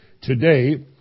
today